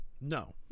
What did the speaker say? No